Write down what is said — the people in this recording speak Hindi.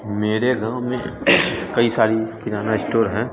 मेरे घरों में कई सारी किराना स्टोर हैं